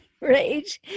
Right